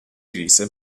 rise